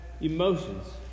emotions